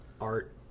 art